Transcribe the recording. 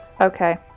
Okay